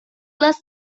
class